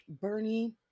Bernie